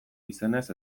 izenez